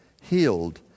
healed